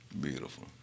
Beautiful